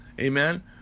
Amen